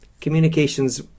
communications